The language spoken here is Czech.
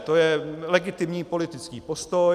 To je legitimní politický postoj.